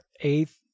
eighth